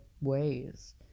ways